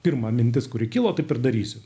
pirma mintis kuri kilo taip ir darysiu